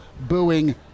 booing